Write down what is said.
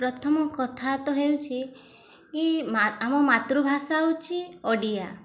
ପ୍ରଥମ କଥା ତ ହେଉଛି ଆମ ମାତୃଭାଷା ହେଉଛି ଓଡ଼ିଆ